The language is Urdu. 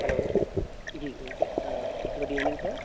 ہلو جی گڈ ایوننگ سر